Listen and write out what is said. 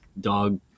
dog